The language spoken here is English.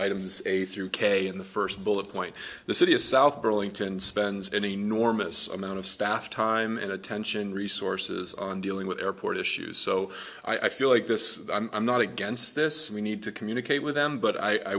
items a through k in the first bullet point the city of south burlington spends an enormous amount of staff time and attention resources on dealing with airport issues so i feel like this i'm not against this we need to communicate with them but i